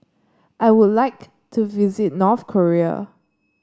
I would like to visit North Korea